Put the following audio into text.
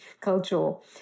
cultural